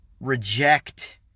reject